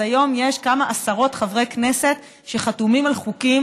אז היום יש כמה עשרות חברי כנסת שחתומים על חוקים